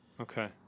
Okay